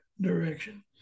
direction